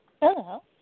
Hello